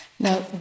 Now